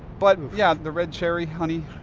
but yeah, the red cherry honey,